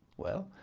well,